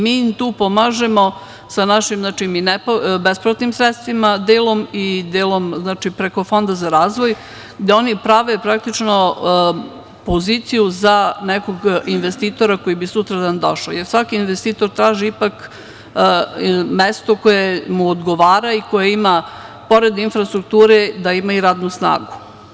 Mi im tu pomažemo sa našim besplatnim sredstvima, delom, i delom preko Fonda za razvoj gde oni prave, praktično, poziciju za nekog investitora koji bi nam sutra došao, jer svaki investitor traži mesto koje mu odgovara i koje ima pored infrastrukture da ima i radnu snagu.